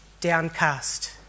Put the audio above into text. downcast